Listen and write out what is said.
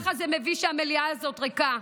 גם ככה זה מביש שהמליאה הזאת ריקה.